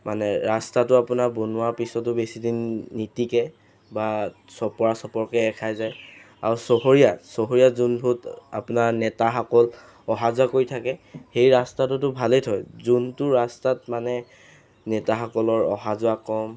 মানে ৰাস্তাটো আপোনাৰ বনোৱাৰ পিছতো বেছি দিন নিটিকে বা চপৰা চপৰকৈ এৰ খাই যায় আৰু চহৰীয়া চহৰীয়া যোনবোৰ আপোনাৰ নেতাসকল অহা যোৱা কৰি থাকে সেই ৰাস্তাটোতো ভালেই থয় যোনটো ৰাস্তাত মানে নেতাসকলৰ অহা যোৱা কম